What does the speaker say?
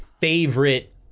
favorite